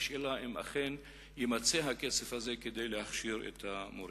השאלה אם אכן יימצא הכסף הזה כדי להכשיר את המורים.